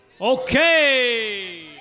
Okay